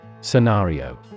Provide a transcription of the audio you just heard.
Scenario